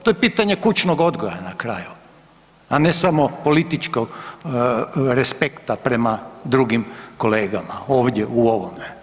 To je pitanje kućnog odgoja na kraju, a ne samo političko respekta prema drugim kolegama ovdje u ovome.